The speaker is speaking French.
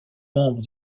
membre